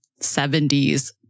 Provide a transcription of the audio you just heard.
70s